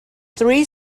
three